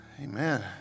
Amen